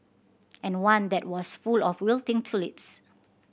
and one that was full of wilting tulips